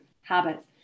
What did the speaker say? habits